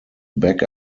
back